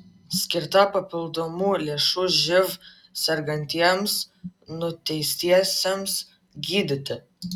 skirta papildomų lėšų živ sergantiems nuteistiesiems gydyti